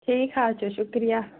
ٹھیٖک حظ چھُ شُکریہ